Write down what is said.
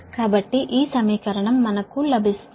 కాబట్టి ఈ సమీకరణం మనకు లభిస్తుంది